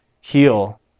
heal